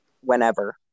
whenever